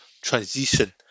transition